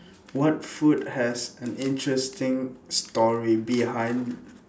what food has an interesting story behind